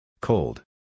Cold